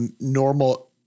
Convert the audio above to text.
normal